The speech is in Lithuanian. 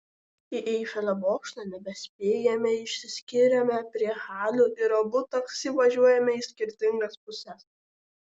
į eifelio bokštą nebespėjame išsiskiriame prie halių ir abu taksi važiuojame į skirtingas puses